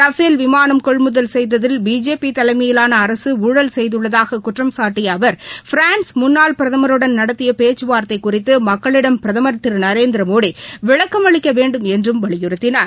Rafale விமானம் கொள்முதல் செய்ததில் பிஜேபி தலைமையிலான அரசு ஊழல் செய்துள்ளதாக குற்றம் சாட்டிய அவர் பிரான்ஸ் முன்னாள் பிரதமருடன் நடத்திய பேச்சுவார்த்தைக் குறித்து மக்களிடம் பிரதமர் திரு நேரந்திரமோடி விளக்கம் அளிக்க வேண்டும் என்றும் வலியுறுத்தினார்